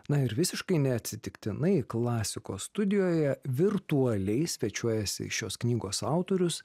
na ir visiškai neatsitiktinai klasikos studijoje virtualiai svečiuojasi šios knygos autorius